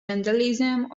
vandalism